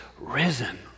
risen